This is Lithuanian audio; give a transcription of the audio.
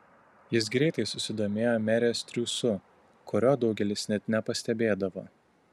jis greitai susidomėjo merės triūsu kurio daugelis net nepastebėdavo